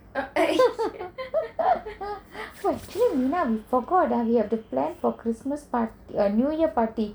mina you forgot ah we have to plan for christmas new year party